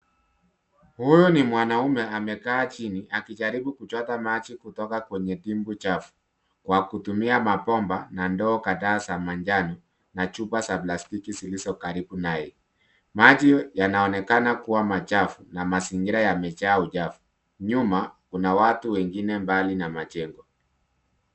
Huyu ni mwanaume amekaa chini akijaribu kuchota maji kutoka kwenye dimbwi chafu kwa kutumia mabomba na ndoo kadhaa za manjano na chupa za plastiki zilizo karibu naye. Maji yanaonekana kuwa machafu na mazingira yamejaa uchafu. Nyuma, kuna watu wengine mbali na majengo.